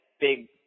big